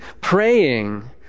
praying